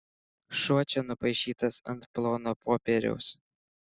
šuo čia nupaišytas ant plono popieriaus